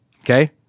Okay